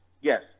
yes